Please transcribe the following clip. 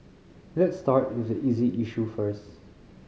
let's start with the easy issue first